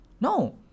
No